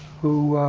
who